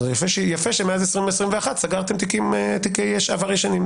זה יפה שמאז 2021 סגרתם תיקי עבר ישנים.